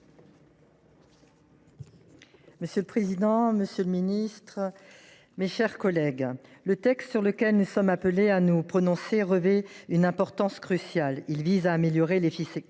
Monsieur le président, monsieur le ministre, mes chers collègues, le texte sur lequel nous sommes appelés à nous prononcer revêt une importance cruciale. Il vise à améliorer l’efficacité